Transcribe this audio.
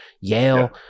Yale